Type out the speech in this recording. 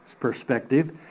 perspective